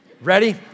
Ready